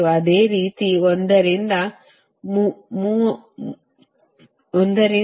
ಅದೇ ರೀತಿ 1 ರಿಂದ 3 0